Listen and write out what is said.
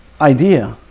idea